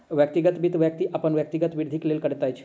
व्यक्तिगत वित्त, व्यक्ति अपन व्यक्तिगत वृद्धिक लेल करैत अछि